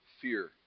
fear